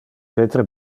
peter